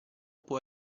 può